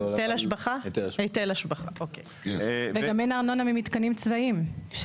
וגם אין ארנונה ממתקנים צבאיים.